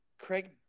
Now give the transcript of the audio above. Craig